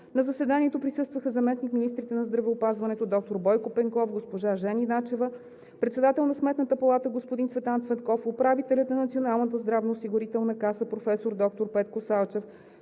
На заседанието присъстваха заместник-министрите на здравеопазването – доктор Бойко Пенков и госпожа Жени Начева; председателят на Сметната палата – господин Цветан Цветков, управителят на Националната здравноосигурителна каса – професор доктор Петко Салчев;